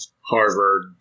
Harvard